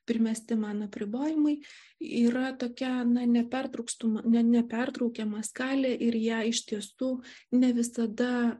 primesti man apribojimai yra tokia na nepertraukstama ne nepertraukiama skalė ir jei iš tiesų ne visada